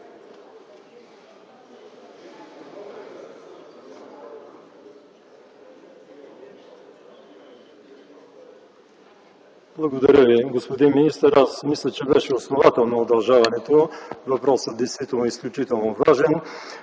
Благодаря Ви. Господин министър, аз мисля, че беше основателно удължаването – въпросът действително е изключително важен.